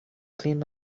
clean